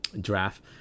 Draft